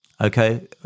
okay